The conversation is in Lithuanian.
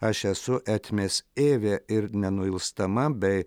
aš esu etmės evė ir nenuilstama bei